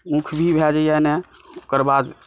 ऊख भी भए जाइए एने ओकर बाद